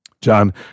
John